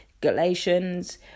Galatians